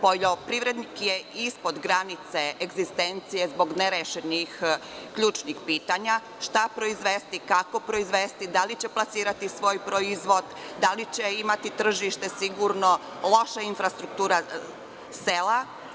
Poljoprivrednik je ispod granice egzistencije zbog nerešenih ključnih pitanja – šta proizvesti, kako proizvesti, da li će plasirati svoj proizvod, da li će imati tržište sigurno, loša infrastruktura sela?